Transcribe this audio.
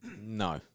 No